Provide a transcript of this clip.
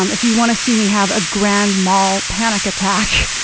um if you want to see me have a grand mal panic attack,